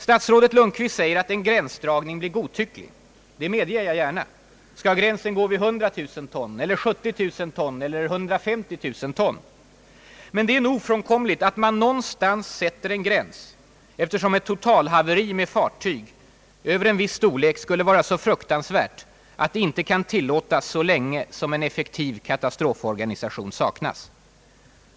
Statsrådet Lundkvist säger att en gränsdragning blir »godtycklig». Det medger jag gärna — skall gränsen gå vid 100 000 ton, 70 000 ton eller 150 000 ton? Men det är nog ofrånkomligt att man någonstans sätter en gräns, eftersom ett totalhaveri med fartyg över en viss storlek skulle vara så fruktansvärt att det inte kan tillåtas så länge som en effektiv katastroforganisation saknas.